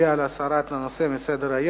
מצביע על הסרת הנושא מסדר-היום.